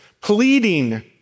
pleading